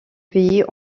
pays